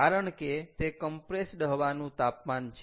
કારણ કે તે કમ્પ્રેસ્ડ હવાનું તાપમાન છે